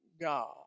God